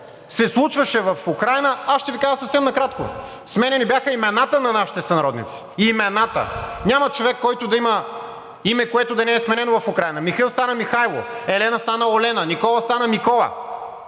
се случваше в Украйна, аз ще Ви кажа съвсем накратко – сменени бяха имената на нашите сънародници – имената! Няма човек, който да има име, което да не е сменено в Украйна. Михаил стана Михайло, Елена стана Олена, Никола стана Микола,